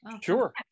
sure